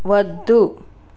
వద్దు